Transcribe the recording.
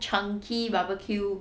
chunky barbecue